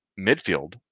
midfield